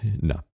no